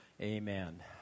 amen